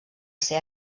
ser